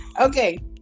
Okay